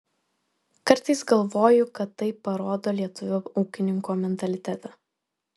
kartais galvoju kad tai parodo lietuvio ūkininko mentalitetą